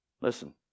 Listen